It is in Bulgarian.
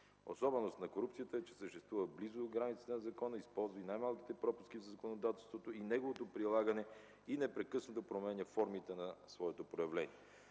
Особеност на корупцията е, че съществува близо до границите на закона, използва и най-малките пропуски в законодателството и неговото прилагане и непрекъснато променя формите на своите проявления.